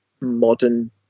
modern